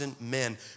men